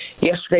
Yesterday